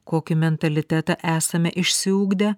kokį mentalitetą esame išsiugdę